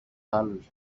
άλλους